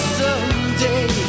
someday